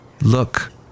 look